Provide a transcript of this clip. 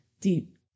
deep